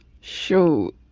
sure